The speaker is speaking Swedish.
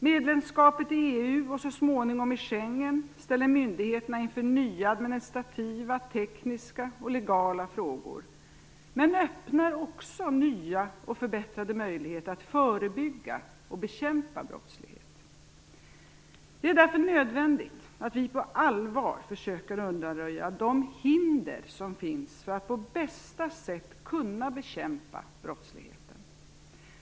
Medlemskapet i EU och så småningom i Schengen ställer myndigheterna inför nya administrativa, tekniska och legala frågor, men öppnar också nya och förbättrade möjligheter att förebygga och bekämpa brottsligheten. Det är därför nödvändigt att vi på allvar försöker undanröja de hinder som finns för att vi på bästa sätt skall kunna bekämpa brottsligheten.